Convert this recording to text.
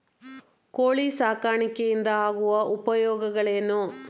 ಕೋಳಿ ಸಾಕಾಣಿಕೆಯಿಂದ ಆಗುವ ಉಪಯೋಗಗಳೇನು?